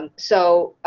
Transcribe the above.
and so,